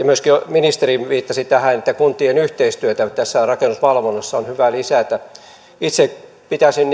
myöskin ministeri viittasi tähän että kuntien yhteistyötä tässä rakennusvalvonnassa on hyvä lisätä itse pitäisin